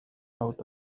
out